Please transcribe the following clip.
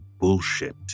bullshit